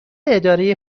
اداره